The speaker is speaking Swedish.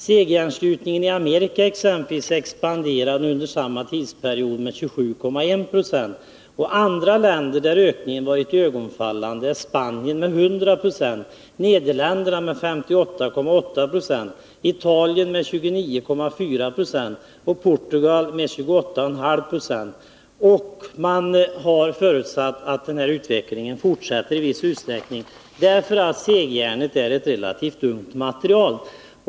”Segjärnsgjutningen i Amerika expanderade under samma tidsperiod med 27,1 260. Andra länder där ökningen varit iögonfallande är Spanien med 100 26, Nederländerna med 58,8 96, Italien med 29,4 26 och Portugal med 28,5 90.” Man har förutsatt att den här utvecklingen fortsätter i viss utsträckning, eftersom segjärnet är ett relativt ungt material.